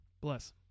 Bless